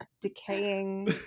decaying